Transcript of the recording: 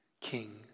King